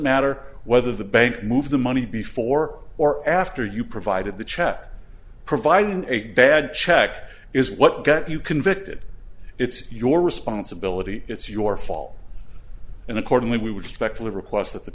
matter whether the bank move the money before or after you provided the check providing a bad check is what got you convicted it's your responsibility it's your fault and accordingly we would expect would request that the